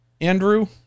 Andrew